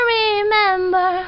remember